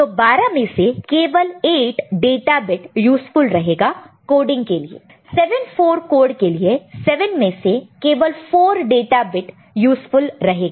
तो 12 में से केवल 8 डेटा बिट यूज़फुल रहेगा कोडिंग के लिए 74 कोड के लिए 7 में से केवल 4 डेटा बिट यूज़फुल रहेगा